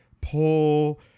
pull